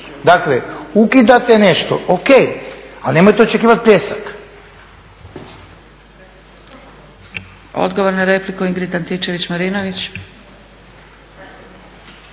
Dakle, ukidate nešto o.k. ali nemojte očekivati pljesak.